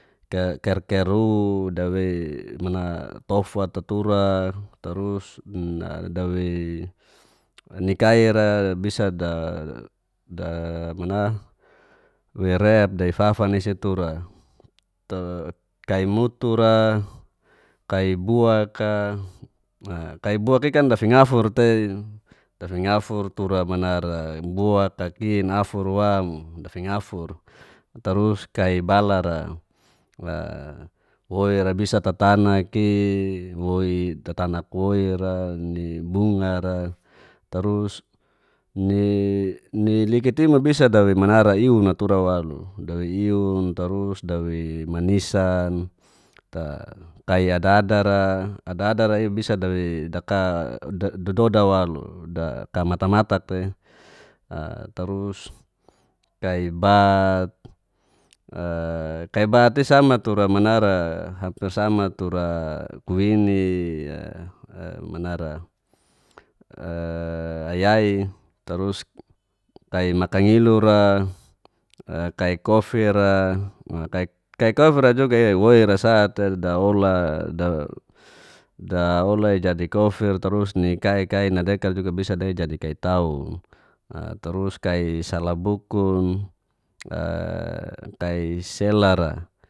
Ke ker ker ru dawei mana tofat ta tura, tarus na dawei nikaira bisa da damana wei rep dawei fafan isitura. ta kai mutu ra, kai buak ka, a kai buak iakan dafingafur tei, dafingafur tura manara buak, kakin, afur wa mu dafingafur. tarus kai bala ra a woi ira bisa tatanak i, woi tatanak woi ra, ni bunga ra, tarus ni ni likit imu bisa dawei manara iunna tura waluk. dawei iun tarus dawei manisan ta kai adadar ra, adadar a bisa dawei daka da dadoda waluk da ka matak matak te a tarus kai bat, a kai bat i sama tura manara hampir sama tura kuini, a a manara e ayaiy tarus kai makangilu ra, a kai kofi ra, a kai kai kofi ra juga i woi ra sa te daola da daola i jadi kofir tarus ni kai kai nadekar juga bisa dawei jadi kai taun. a tarus kai salabukun e kai selar ra